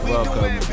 welcome